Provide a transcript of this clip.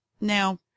now